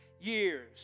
years